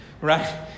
right